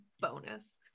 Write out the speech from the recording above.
bonus